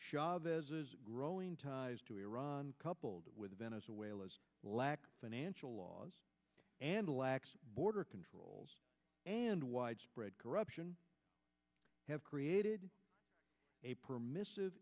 chavez's growing ties to iran coupled with venezuela's lack financial laws and lax border controls and widespread corruption have created a permissive